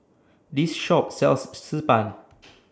This Shop sells Xi Ban